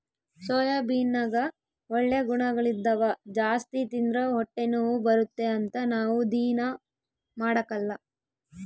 ಸೋಯಾಬೀನ್ನಗ ಒಳ್ಳೆ ಗುಣಗಳಿದ್ದವ ಜಾಸ್ತಿ ತಿಂದ್ರ ಹೊಟ್ಟೆನೋವು ಬರುತ್ತೆ ಅಂತ ನಾವು ದೀನಾ ಮಾಡಕಲ್ಲ